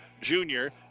junior